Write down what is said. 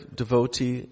devotee